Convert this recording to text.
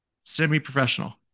Semi-professional